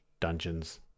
dungeons